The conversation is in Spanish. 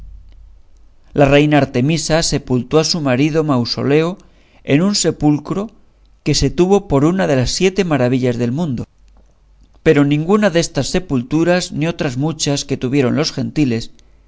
la reina artemisa sepultó a su marido mausoleo en un sepulcro que se tuvo por una de las siete maravillas del mundo pero ninguna destas sepulturas ni otras muchas que tuvieron los gentiles